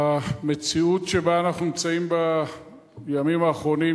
המציאות שבה אנחנו נמצאים בימים האחרונים,